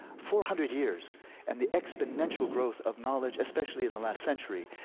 four hundred years and the exponential growth of knowledge, especially in the last century,